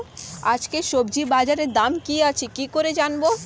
আজকে সবজি বাজারে দাম কি আছে কি করে জানবো?